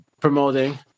promoting